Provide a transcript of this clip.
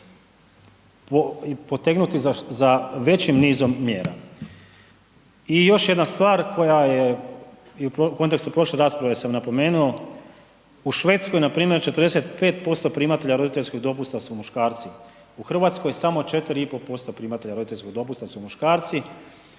potegnuti za većim nizom mjera. I još jedna stvar koja je, i u kontekstu prošle rasprave sam napomenuo, u Švedskoj npr. 45% primatelja roditeljskog dopusta su muškarci, u RH samo 4,5% primatelja roditeljskog dopusta su muškarci,